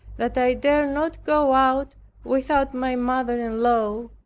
that i dared not go out without my mother-in-law,